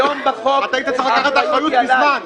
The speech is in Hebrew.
היום בחוק --- אתה היית צריך לקחת אחריות מזמן,